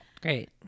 Great